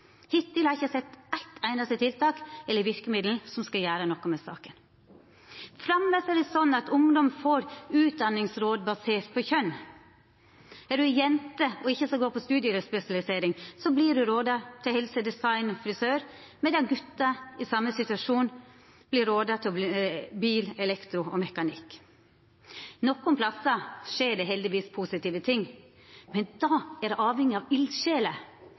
Hittil har eg ikkje sett eitt einaste tiltak eller verkemiddel som skal gjera noko med saka. Framleis er det slik at ungdom får utdanningsråd basert på kjønn. Er du jente og ikkje skal gå på studiespesialisering, blir du rådd til helse, design eller frisør, medan gutar i same situasjon blir rådde til bil, elektro eller mekanikk. Nokre plassar skjer det heldigvis positive ting, men då er det avhengig av